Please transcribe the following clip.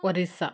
Orissa